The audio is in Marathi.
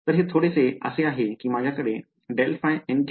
तर हे थोडेसे असे आहे की माझ्याकडे ∇ϕ